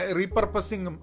repurposing